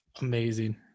amazing